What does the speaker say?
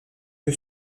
que